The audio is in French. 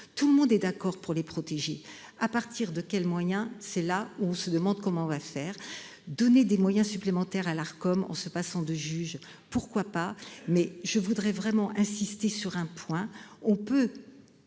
Tout le monde est d'accord pour les protéger. À partir de quel moyen, c'est là où on se demande comment on va faire, donner des moyens supplémentaires à l'art comme on se passe en 2 juges, pourquoi pas, mais je voudrais vraiment insister sur un point, on peut.